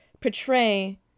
portray